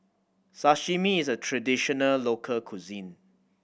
Sashimi is a traditional local cuisine